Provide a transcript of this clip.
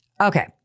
Okay